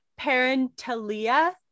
Parentalia